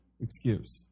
Excuse